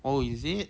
oh is it